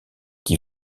qui